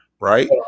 Right